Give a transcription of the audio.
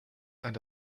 and